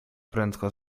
prędko